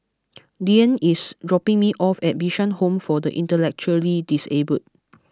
Dyan is dropping me off at Bishan Home for the Intellectually Disabled